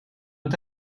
dat